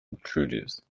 intruders